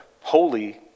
Holy